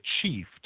achieved